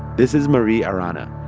this is marie arana.